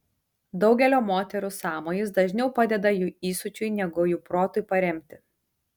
daugelio moterų sąmojis dažniau padeda jų įsiūčiui negu jų protui paremti